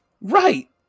Right